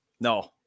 No